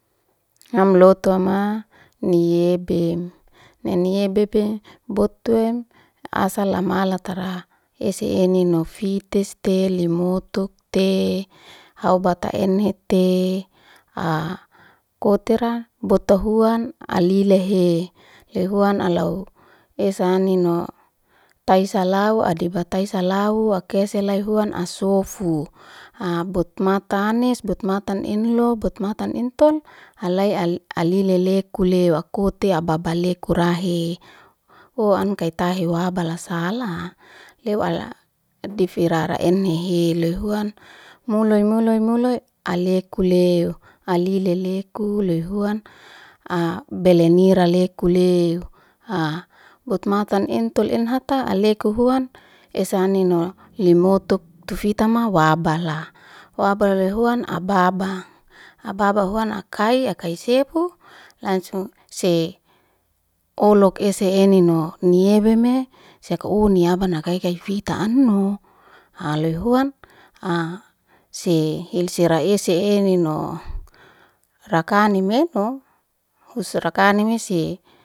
Ngam lotuwa maa niyebim, ne niyebibim botuim asala malatara esi nino fitis te, limutuk te, laubata ene te, a kotera botu huan alilehe. Lehuan alau esi nino taisalau, adiba taisalau, a keselai huanasofu, a butmataanis, butmataan inlo, butmataan intol, halai alileleku lehu, akoti ababaleku rahi. O ankaitahi wabala sala, lehu ala difirara ene hee. Lehuan mulai mului mului alileleku lehu, alileleku. Lehunan a balenira leku lehu, a batamataan intol ihatal alileleku huan, ensi nino limutuk tufitama wabala. Wabala loyhuan ababa, abahuan akai. Akai sefu, langsung se olok ese enino, ni ebeme sakauni ni abani kai kai fita anhu. Loy huan se hel sirai ese enino. Rakani meno husrakani misi.